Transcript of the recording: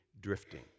drifting